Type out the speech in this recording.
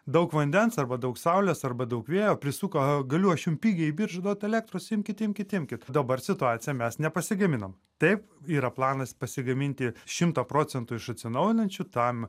daug vandens arba daug saulės arba daug vėjo prisuko galiu aš jum pigiai į biržą duot elektros imkit imkit imkit dabar situacija mes nepasigaminam taip yra planas pasigaminti šimtą procentų iš atsinaujinančių tam